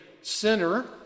sinner